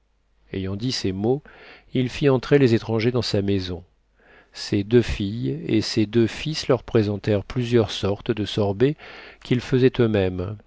ayant dit ces mots il fit entrer les étrangers dans sa maison ses deux filles et ses deux fils leur présentèrent plusieurs sortes de sorbets qu'ils fesaient eux-mêmes